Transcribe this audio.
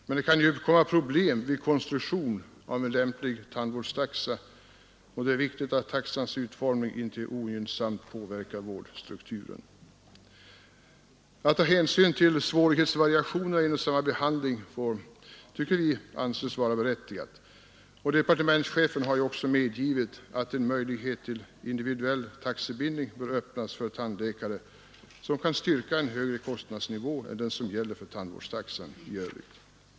Men det kan uppkomma problem vid konstruktionen av en lämplig tandvårdstaxa, och det är viktigt att taxans utformning inte ogynnsamt påverkar vårdstrukturen. Att ta hänsyn till svårighetsvariationerna i en och samma behandling tycker vi är berättigat. Departementschefen har också medgivit att en möjlighet till individuell taxebindning bör öppnas för tandläkare som kan styrka högre kostnadsnivå än den som gäller för tandvårdstaxan i övrigt.